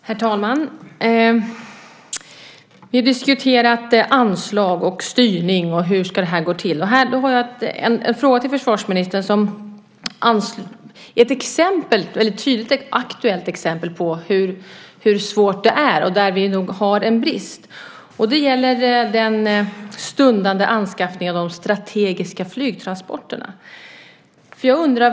Herr talman! Vi har diskuterat hur det ska gå till med anslag och styrning. Min fråga är ett tydligt och aktuellt exempel på hur svårt det är och där det finns en brist. Det gäller den stundande anskaffningen av strategiska flygtransporter.